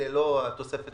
ללא התוספת